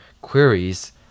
queries